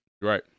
Right